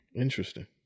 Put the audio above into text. Interesting